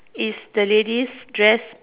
is the lady's dress